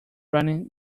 running